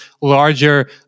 larger